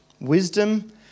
Wisdom